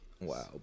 wow